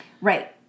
right